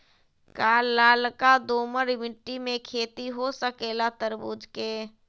का लालका दोमर मिट्टी में खेती हो सकेला तरबूज के?